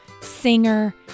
singer